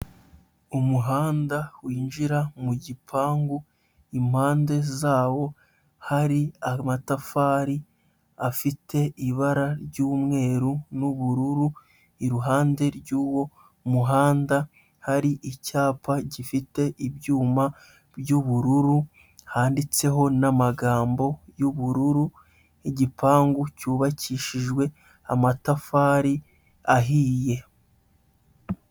Umuhanda winjira mu gipangu impande zawo hari amatafari afite ibara ry'umweru n'ubururu, iruhande rw'uwo muhanda hari icyapa gifite ibyuma by'ubururu handitseho n'amagambo y'ubururu, igipangu cyubakishijwe amatafari ahiye.